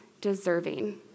deserving